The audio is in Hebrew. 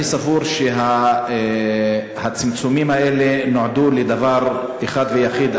אני סבור שהצמצומים האלה נועדו לדבר אחד ויחיד,